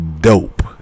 dope